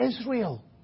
Israel